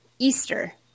Easter